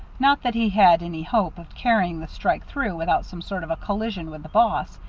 not that he had any hope of carrying the strike through without some sort of a collision with the boss,